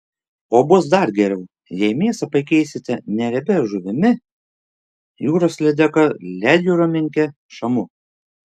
o bus dar geriau jei mėsą pakeisite neriebia žuvimi jūros lydeka ledjūrio menke šamu